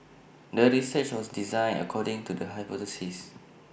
the research was designed according to the hypothesis